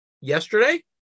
yesterday